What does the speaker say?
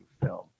film